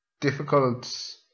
difficult